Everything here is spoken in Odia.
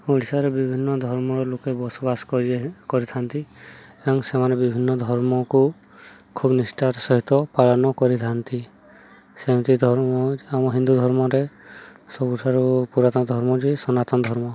ଓଡ଼ିଶାରେ ବିଭିନ୍ନ ଧର୍ମର ଲୋକେ ବସବାସ କରିବେ କରିଥାନ୍ତି ଏବଂ ସେମାନେ ବିଭିନ୍ନ ଧର୍ମକୁ ଖୁବ୍ ନିଷ୍ଠାର ସହିତ ପାଳନ କରିଥାନ୍ତି ସେମିତି ଧର୍ମ ଆମ ହିନ୍ଦୁ ଧର୍ମରେ ସବୁଠାରୁ ପୁରାତନ ଧର୍ମ ଯେ ସନାତନ ଧର୍ମ